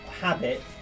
habit